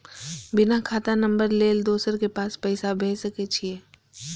बिना खाता नंबर लेल दोसर के पास पैसा भेज सके छीए?